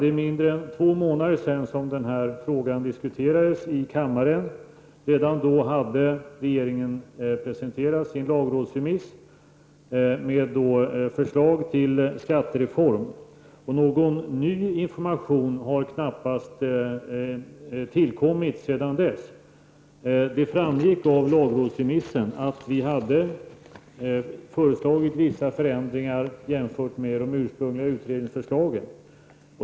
Det är mindre än två månader sedan den här frågan diskuterades i kammaren. Redan då hade regeringen presenterat sin lagrådsremiss med förslag till skattereform. Någon ny information har knappast tillkommit sedan dess. Det framgick av lagrådsremissen att vi hade föreslagit vissa förändringar jämfört med de ursprungliga utredningsförslagen.